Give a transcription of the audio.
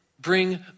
bring